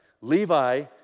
Levi